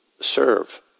serve